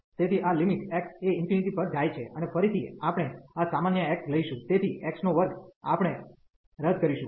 તેથી આ limit x એ ∞ પર જાય છે અને ફરીથી આપણે આ સામાન્ય x લઈશું તેથી x2 આપણે રદ કરીશું